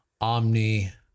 Omni